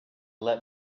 let